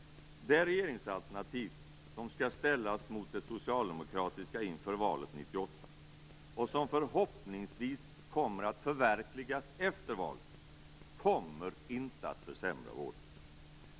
Det regeringsalternativ som skall ställas mot det socialdemokratiska inför valet 1998, och som förhoppningsvis kommer att förverkligas efter valet, kommer inte att försämra vården.